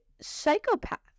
psychopath